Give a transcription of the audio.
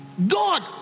God